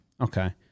Okay